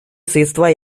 средства